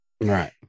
Right